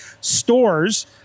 stores